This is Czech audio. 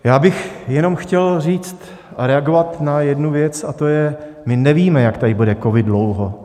Já bych jenom chtěl říct a reagovat na jednu věc, a to je, my nevíme, jak tady bude covid dlouho.